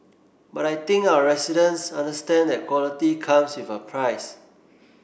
but I think our residents understand that quality comes with a price